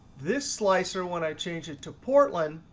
this slicer, when i change it to portland,